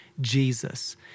Jesus